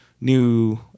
new